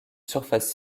surface